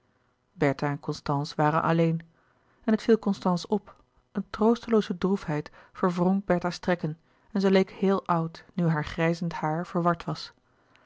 bertha en constance waren alleen en het viel constance op een troostelooze droefheid verwrong bertha's trekken en zij leek heel oud nu haar grijzend haar verward was